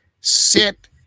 sit